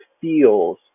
feels